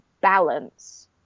balance